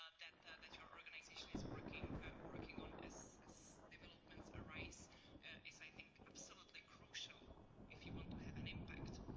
ah that that your organization is working working on as as developments arise is, i think, absolutely crucial if you want to have an impact.